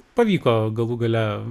pavyko galų gale